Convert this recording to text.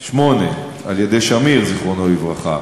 1988. 1988, על-ידי שמיר, זיכרונו לברכה,